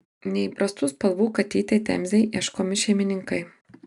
neįprastų spalvų katytei temzei ieškomi šeimininkai